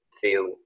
feel